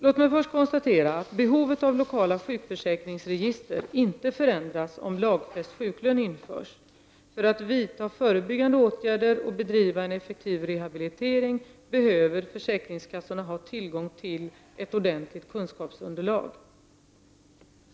Låt mig först konstatera att behovet av lokala sjukförsäkringsregister inte förändras om lagfäst sjuklön införs. För att vidta förebyggande åtgärder och bedriva en effektiv rehabilitering behöver försäkringskassorna ha tillgång till ett ordentligt kunskapsunderlag.